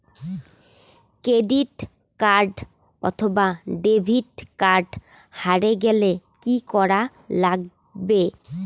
Credit card অথবা debit card হারে গেলে কি করা লাগবে?